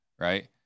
right